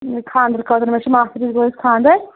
یہِ خاندرٕ خٲطرٕ مےٚ چھُ ماستٕرِس بٲیِس خاندَر